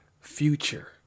future